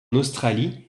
australie